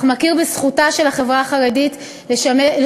אך מכיר בזכותה של החברה החרדית לשמר